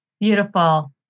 Beautiful